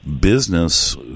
business